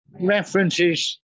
References